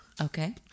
Okay